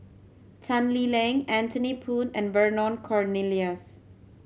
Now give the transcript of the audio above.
Tan Lee Leng Anthony Poon and Vernon Cornelius